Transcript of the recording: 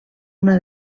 una